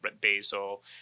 basil